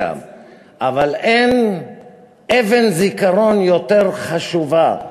אבל אין אבן זיכרון יותר חשובה,